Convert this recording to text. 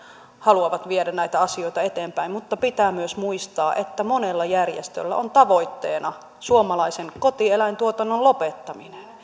haluavat viedä näitä asioita eteenpäin mutta pitää myös muistaa että monella järjestöllä on tavoitteena suomalaisen kotieläintuotannon lopettaminen